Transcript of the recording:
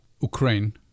Ukraine